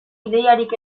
ideiarik